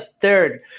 Third